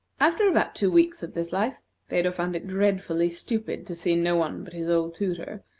after about two weeks of this life phedo found it dreadfully stupid to see no one but his old tutor,